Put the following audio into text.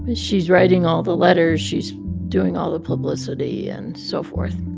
but she's writing all the letters. she's doing all the publicity and so forth,